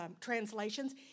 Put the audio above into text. translations